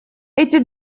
эти